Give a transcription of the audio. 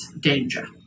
danger